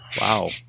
Wow